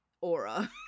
aura